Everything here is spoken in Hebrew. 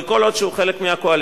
אבל כל עוד הוא חלק מהקואליציה,